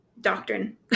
doctrine